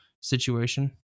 Situation